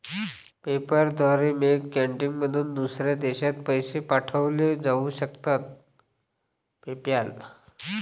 PayPal द्वारे मेक कंट्रीमधून दुसऱ्या देशात पैसे पाठवले जाऊ शकतात